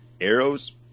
Arrow's